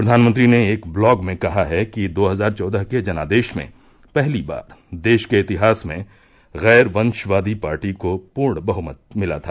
प्रधानमंत्री ने एक ब्लॉग में कहा है कि दो हजार चौदह के जनादेश में पहली बार देश के इतिहास में गैर वंशवादी पार्टी को पूर्ण बहुमत मिला था